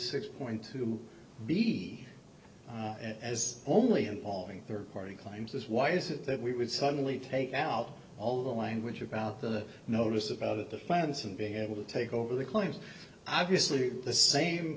six point two b as only involving third party claims is why is it that we would suddenly take out all the language about the notice about the finance and being able to take over the claims obviously the same